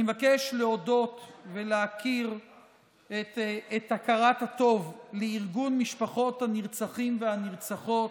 אני מבקש להודות ולהכיר את הכרת הטוב לארגון משפחות הנרצחים והנרצחות,